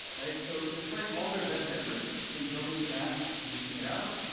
so despite all their best efforts in building this app and releasing it out,